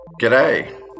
G'day